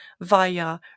via